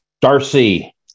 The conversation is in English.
Darcy